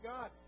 God